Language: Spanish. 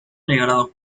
regalado